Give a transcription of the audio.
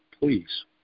please